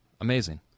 amazing